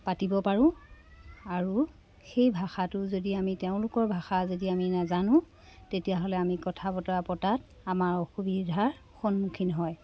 পাতিব পাৰোঁ আৰু সেই ভাষাটো যদি আমি তেওঁলোকৰ ভাষা যদি আমি নাজানো তেতিয়াহ'লে আমি কথা বতৰা পতাত আমাৰ অসুবিধাৰ সন্মুখীন হয়